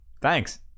thanks